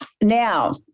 Now